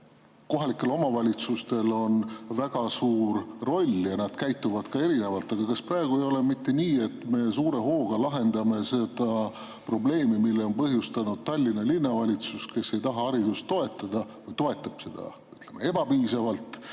Kohalikel omavalitsustel on väga suur roll ja nad käituvad erinevalt. Kas praegu ei ole mitte nii, et me suure hooga lahendame probleemi, mille on põhjustanud Tallinna Linnavalitsus, kes ei taha haridust toetada, toetab seda, ütleme, ebapiisavalt,